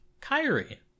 Kyrie